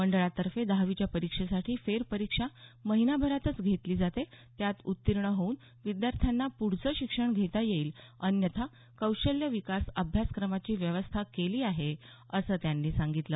मंडळातर्फे दहावीच्या परीक्षेसाठी फेरपरीक्षा महिनाभरातच घेतली जाते त्यात उत्तीर्ण होऊन विद्यार्थ्यांना प्रुढचं शिक्षण घेता येईल अन्यथा कौशल्य विकास अभ्यासक्रमाची व्यवस्था केली आहे असं त्यांनी सांगितलं